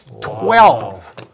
twelve